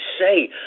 say